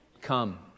Come